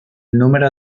número